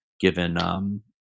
given